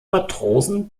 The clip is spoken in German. matrosen